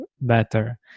better